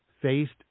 faced